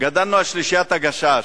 שלישיית "הגשש",